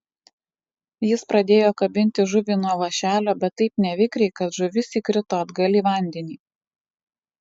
jis pradėjo kabinti žuvį nuo vąšelio bet taip nevikriai kad žuvis įkrito atgal į vandenį